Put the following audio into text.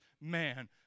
man